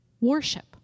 Worship